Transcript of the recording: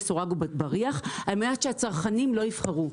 סורג ובריח על מנת שהצרכנים לא יבחרו.